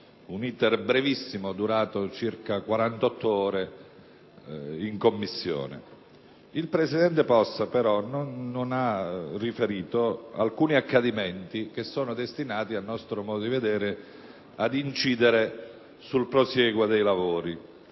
un *iter* brevissimo durato circa 48 ore. Il presidente Possa però non ha riferito alcuni accadimenti destinati, a nostro modo di vedere, ad incidere sul prosieguo dei lavori,